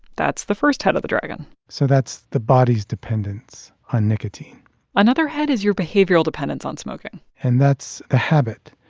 that's the first head of the dragon so that's the body's dependence on nicotine another head is your behavioral dependence on smoking and that's the ah habit.